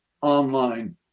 online